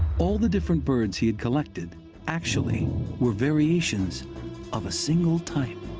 all the different birds he had collected actually were variations of a single type.